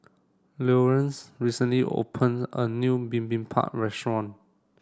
Leonce recently opened a new Bibimbap restaurant